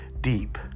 deep